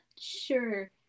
sure